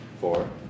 Four